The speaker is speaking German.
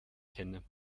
kenne